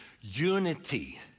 unity